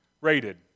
rated